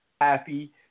happy